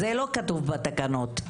זה לא כתוב בתקנות.